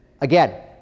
Again